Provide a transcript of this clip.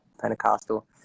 pentecostal